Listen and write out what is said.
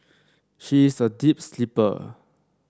she is a deep sleeper